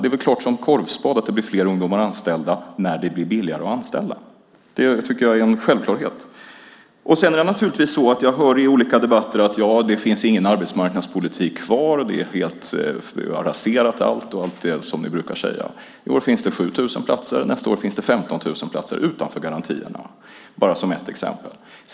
Det är klart som korvspad att det blir fler ungdomar anställda när det blir billigare att anställa. Det tycker jag är en självklarhet. Jag hör i olika debatter att det inte finns någon arbetsmarknadspolitik kvar, att vi har raserat allt och allt det som ni brukar säga. I år finns det 7 000 platser. Nästa år finns det 15 000 platser utanför garantierna, bara som ett exempel.